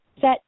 set